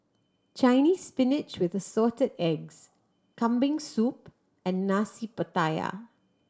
Chinese Spinach with the Assorted Eggs Kambing Soup and Nasi Pattaya